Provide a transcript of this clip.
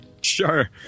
Sure